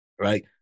right